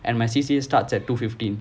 and my C_C_A starts at two fifteen